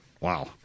Wow